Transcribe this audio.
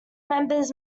members